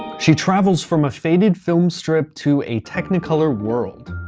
she travels from a faded film strip to a technicolor world.